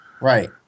Right